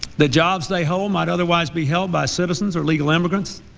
the jobs they hold might otherwise be held by citizens or legal immigrants.